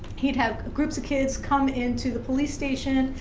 he'd have groups of kids come into the police station.